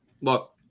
look